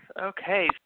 Okay